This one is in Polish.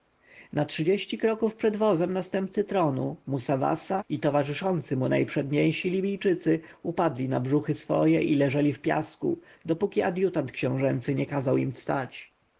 na trzydzieści kroków przed wozem następcy tronu musawasa i towarzyszący mu najprzedniejsi libijczycy upadli na brzuchy swoje i leżeli w piasku dopóki adjutant książęcy nie kazał im wstać